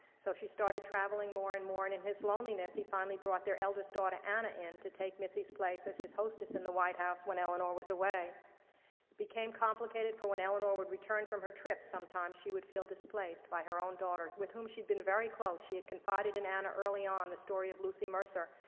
so she started traveling more and more, and in his loneliness, he finally brought their eldest daughter, anna, in to take missy's place as his hostess in the white house when eleanor was away. it became complicated for, when eleanor would return from her trips, sometimes she would feel displaced by her own daughter, with whom she'd been very close. she had confided in anna early on the story of lucy mercer,